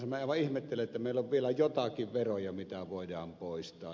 minä aivan ihmettelen että meillä on vielä jotakin veroja jotka voidaan poistaa